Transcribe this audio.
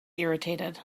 irritated